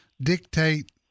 dictate